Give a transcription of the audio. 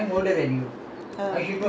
you know beter lah of course